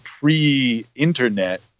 pre-internet